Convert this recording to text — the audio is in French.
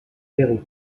pérou